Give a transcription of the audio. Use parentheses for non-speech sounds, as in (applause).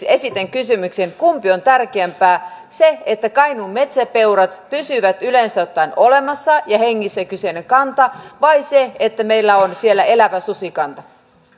(unintelligible) esitän kysymyksen kumpi on tärkeämpää se että kainuun metsäpeurat pysyvät yleensä ottaen olemassa ja hengissä kyseinen kanta vai se että meillä on siellä elävä susikanta